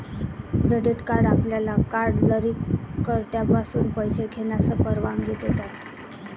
credit card आपल्याला card जारीकर्त्याकडून पैसे घेण्यास परवानगी देतात